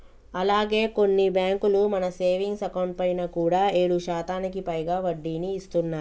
అలాగే కొన్ని బ్యాంకులు మన సేవింగ్స్ అకౌంట్ పైన కూడా ఏడు శాతానికి పైగా వడ్డీని ఇస్తున్నాయి